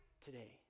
today